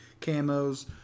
camos